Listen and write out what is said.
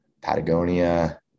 Patagonia